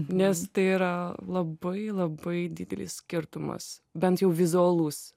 nes tai yra labai labai didelis skirtumas bent jau vizualus